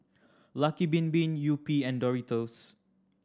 Lucky Bin Bin Yupi and Doritos